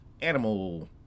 animal